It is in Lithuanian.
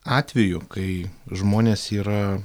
atvejų kai žmonės yra